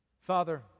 Father